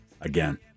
again